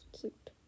Cute